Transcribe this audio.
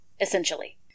Essentially